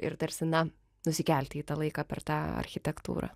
ir tarsi na nusikelti į tą laiką per tą architektūrą